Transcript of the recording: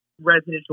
residential